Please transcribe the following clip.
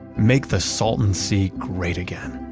make the salton sea great again,